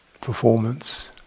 Performance